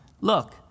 look